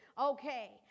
Okay